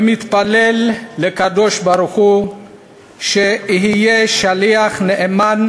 ומתפלל לקדוש-ברוך-הוא שאהיה שליח נאמן